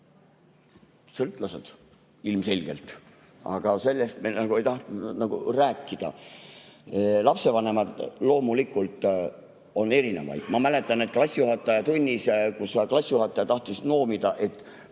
Sõltlased ilmselgelt! Aga sellest me ei taha nagu rääkida. Lapsevanemaid loomulikult on erinevaid. Ma mäletan üht klassijuhataja tundi, kus klassijuhataja tahtis noomida, et